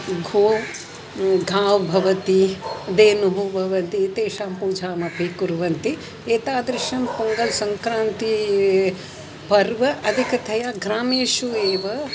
गोः गावः भवति धेनुः भवति तेषां पूजामपि कुर्वन्ति एतादृशं पोङ्गल् सङ्क्रान्तिः पर्वम् अधिकतया ग्रामेषु एव